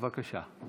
בבקשה.